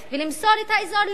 ולמסור את האזור, למה?